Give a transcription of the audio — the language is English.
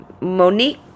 Monique